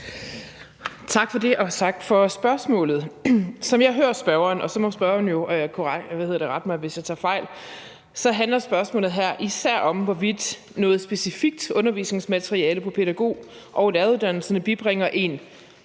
Tak for det, og tak for spørgsmålet. Som jeg hører spørgeren – og så må spørgeren jo rette mig, hvis jeg tager fejl – så handler spørgsmålet her især om, hvorvidt noget specifikt undervisningsmateriale på pædagog- og læreruddannelserne bibringer en